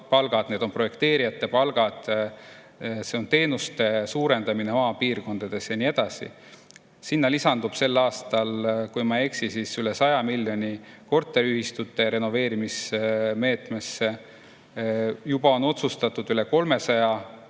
palgad, projekteerijate palgad, see on teenuste suurendamine maapiirkondades ja nii edasi. Sinna lisandub sel aastal, kui ma ei eksi, üle 100 miljoni korteriühistute renoveerimismeetmesse. Juba on otsustatud üle 300 miljoni